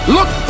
Look